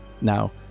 Now